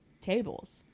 tables